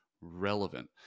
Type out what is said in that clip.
relevant